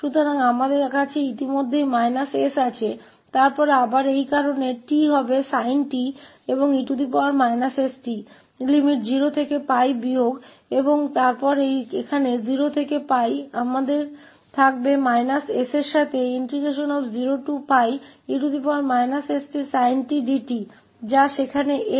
तो −𝑠 हमारे पास यह पहले से ही है और फिर यह cos 𝑡 होगी sin 𝑡 और e st होगा जिसकी सीमा 0 से 𝜋 माइनस होगी और फिर यहां 0 से 𝜋 होगी और हमारे पास −s के साथ0𝜋e stsin t dt होगा जो बन जाएगा वहाँ s